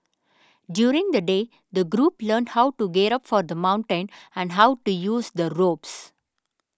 during the day the group learnt how to gear up for the mountain and how to use the ropes